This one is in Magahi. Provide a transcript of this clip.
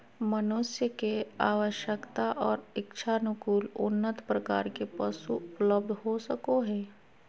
मनुष्य के आवश्यकता और इच्छानुकूल उन्नत प्रकार के पशु उपलब्ध हो सको हइ